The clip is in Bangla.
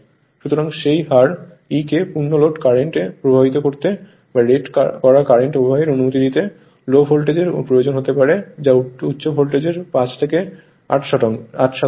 সুতরাং সেই হার e কে পূর্ণ লোড কারেন্ট প্রবাহিত করতে বা রেট করা কারেন্ট প্রবাহের অনুমতি দিতে লো ভোল্টেজের প্রয়োজন হতে পারে যা উচ্চ ভোল্টেজের 5 থেকে 8 শতাংশ